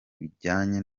bijyanye